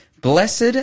Blessed